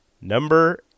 Number